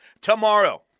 Tomorrow